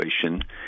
situation